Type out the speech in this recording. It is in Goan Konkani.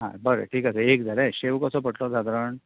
आं बरें ठीक आसा एक जालें शेव कसो पोडटलो सादारण